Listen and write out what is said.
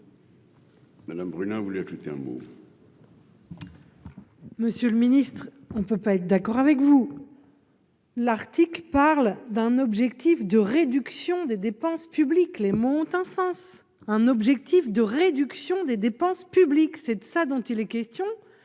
Madame vous vouliez ajouter un mot. Monsieur le Ministre, on ne peut pas être d'accord avec vous. L'article parle d'un objectif de réduction des dépenses publiques, les monte un sens un objectif de réduction des dépenses publiques, c'est de ça dont il est question